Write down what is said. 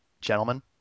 gentlemen